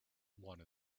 one